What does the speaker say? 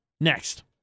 next